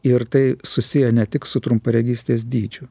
ir tai susiję ne tik su trumparegystės dydžiu